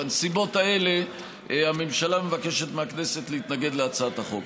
בנסיבות האלה הממשלה מבקשת מהכנסת להתנגד להצעת החוק,